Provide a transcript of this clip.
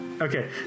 Okay